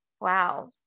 Wow